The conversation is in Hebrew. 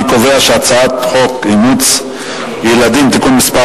אני קובע שחוק אימוץ ילדים (תיקון מס'